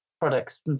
products